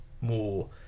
more